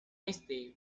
este